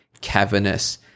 cavernous